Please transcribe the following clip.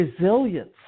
resilience